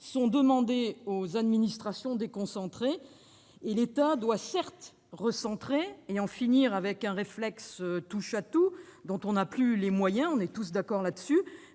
sont demandés aux administrations déconcentrées. Certes, l'État doit se recentrer et en finir avec un réflexe « touche-à-tout », dont il n'a plus les moyens- nous sommes tous d'accord sur